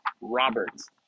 Roberts